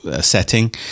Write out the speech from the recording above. setting